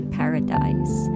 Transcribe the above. paradise